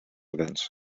events